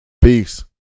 Peace